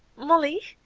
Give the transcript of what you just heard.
molly,